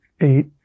eight